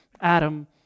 Adam